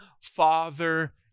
father